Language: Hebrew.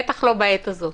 בטח לא בעת הזאת.